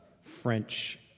French